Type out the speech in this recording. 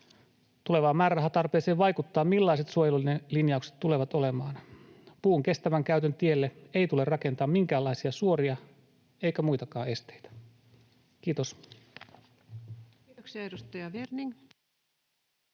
Tulevaan määrärahatarpeeseen vaikuttaa, millaiset suojelulinjaukset tulevat olemaan. Puun kestävän käytön tielle ei tule rakentaa minkäänlaisia suoria eikä muitakaan esteitä. — Kiitos. Kiitoksia. — Edustaja Werning.